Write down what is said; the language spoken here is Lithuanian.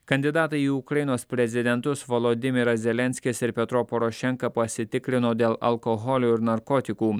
kandidatai į ukrainos prezidentus volodymyras zelenskis ir petro porošenka pasitikrino dėl alkoholio ir narkotikų